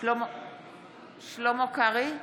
שלמה קרעי,